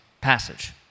passage